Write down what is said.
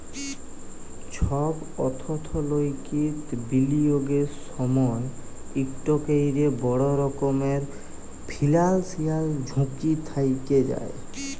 ছব অথ্থলৈতিক বিলিয়গের সময় ইকট ক্যরে বড় রকমের ফিল্যালসিয়াল ঝুঁকি থ্যাকে যায়